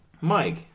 Mike